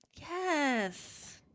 Yes